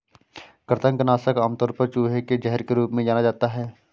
कृंतक नाशक आमतौर पर चूहे के जहर के रूप में जाना जाता है